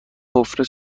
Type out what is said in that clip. حفره